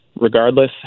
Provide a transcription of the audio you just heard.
Regardless